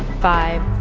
five,